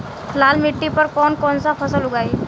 लाल मिट्टी पर कौन कौनसा फसल उगाई?